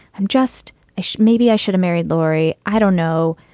i'm just i should maybe i should marry laurie. i don't know.